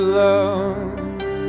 love